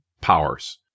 powers